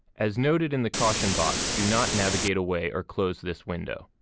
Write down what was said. as noted in the caution box, do not navigate away or close this window.